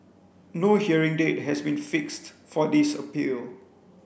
no hearing date has been fixed for this appeal